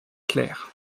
clair